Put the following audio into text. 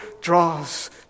draws